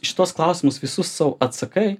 šituos klausimus visus sau atsakai